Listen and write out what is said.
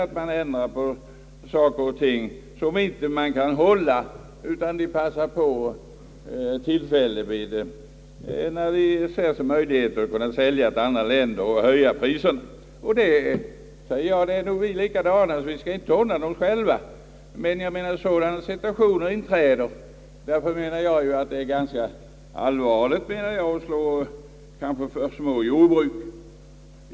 Om man ändrar på saker och ting på ett sätt, som inte kan hålla, så passar man på när möjligheterna yppar sig att sälja till andra länder och höja priserna. I det fallet är vi nog alla likadana. Det är ganska allvarligt att avskaffa även de små jordbruken.